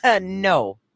No